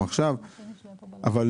אנחנו ממש מזדרזים לסיים אותם,